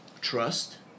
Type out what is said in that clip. trust